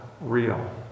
real